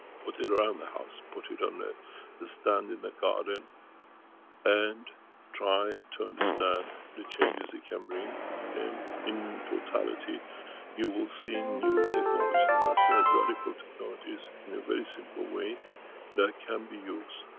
put it around the house, put it on the the stand in the garden and try to understand the changes it can bring and in totality you will see new technologies. as i said, radical technologies in a very simple way that can be used.